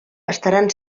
estaran